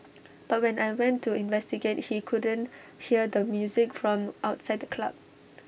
but when I went to investigate he couldn't hear the music from outside the club